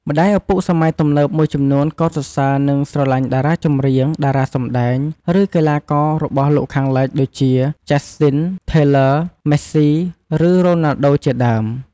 ម្ដាយឪពុកសម័យទំនើបមួយចំនួនកោតសរសើរ និង ស្រឡាញ់តារាចម្រៀង តារាសម្ដែង ឬ កីឡាកររបស់លោកខាងលិច ដូចជា ចាស់ស្ទីន ថេលើ ម៊េសសុី ឬ រ៉ូណាល់ដូជាដើម។